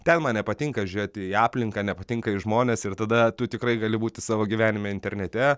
ten man nepatinka žiūrėti į aplinką nepatinka į žmones ir tada tu tikrai gali būti savo gyvenime internete